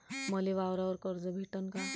मले वावरावर कर्ज भेटन का?